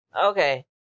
Okay